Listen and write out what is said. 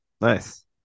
Nice